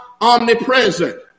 omnipresent